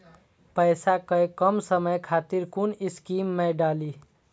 पैसा कै कम समय खातिर कुन स्कीम मैं डाली?